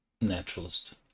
naturalist